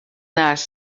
nas